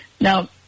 Now